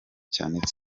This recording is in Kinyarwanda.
cyane